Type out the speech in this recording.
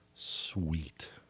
Sweet